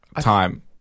Time